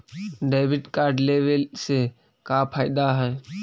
Debit card लेवे से का का फायदा है?